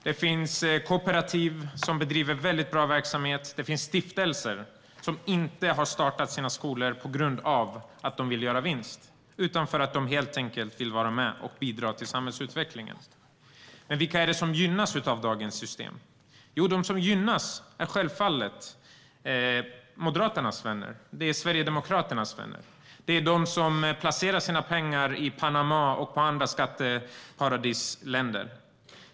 Det finns kooperativ som bedriver väldigt bra verksamhet. Det finns stiftelser som inte har startat sina skolor för att de vill göra vinst utan för att de helt enkelt vill vara med och bidra till samhällsutvecklingen. Vilka är det då som gynnas av dagens system? Jo, de som gynnas är självfallet Moderaternas och Sverigedemokraternas vänner. Det är de som placerar sina pengar i Panama och andra skatteparadis.